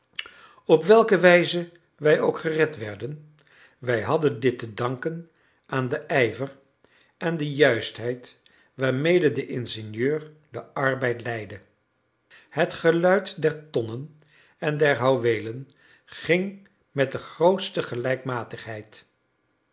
op welke wijze wij ook gered werden wij hadden dit te danken aan den ijver en de juistheid waarmede de ingenieur den arbeid leidde het geluid der tonnen en der houweelen ging met de grootste